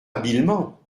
habilement